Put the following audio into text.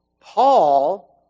Paul